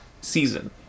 season